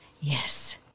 Yes